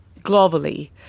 globally